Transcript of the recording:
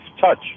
touch